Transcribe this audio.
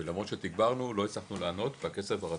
ולמרות שדיברנו לא הצלחנו לענות בקצב הרצוי.